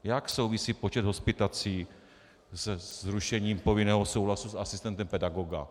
Jak souvisí počet hospitací se zrušením povinného souhlasu s asistentem pedagoga?